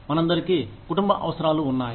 మనందరికీ కుటుంబ అవసరాలు ఉన్నాయి